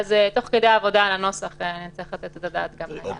תוך כדי עבודה על הניסוח צריך לתת את הדעת גם על העניין הזה.